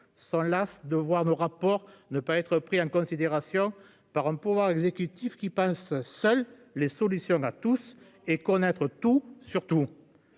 s'en lasse de voir nos rapports ne pas être pris en considération par un pouvoir exécutif qui pense. Seules les solutions n'a tous et connaître tout surtout.